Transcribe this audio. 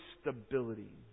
stability